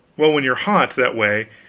well, when you are hot, that way,